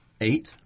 Eight